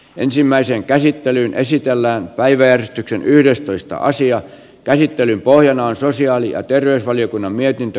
ensimmäisen käsittelyn esitellään päiväjärjestyksen yhdestoista asian käsittelyn pohjana on sosiaali ja terveysvaliokunnan mietintö